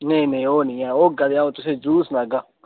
नेईं नेईं ओह् निं ऐ होगा ता अ'ऊं तुसें ई जरूर सनागा